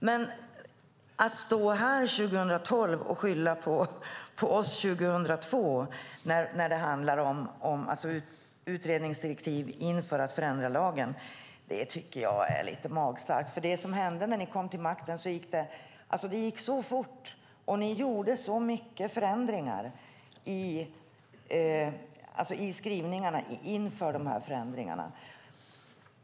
Men att 2012 skylla på oss 2002 vad gäller utredningsdirektiven inför att förändra lagen är lite magstarkt. När ni kom till makten gick allt så fort, och ni gjorde så många förändringar i skrivningarna inför förändringarna.